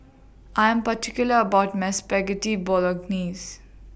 I Am particular about My Spaghetti Bolognese